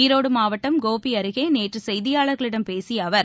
ஈரோடுமாவட்டம் கோபிஅருகேநேற்றுகெய்தியாளர்களிடம் பேசியஅவர்